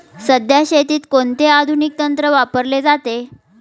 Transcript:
सध्या शेतीत कोणते आधुनिक तंत्र वापरले जाते?